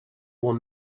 will